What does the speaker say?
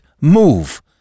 move